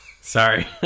Sorry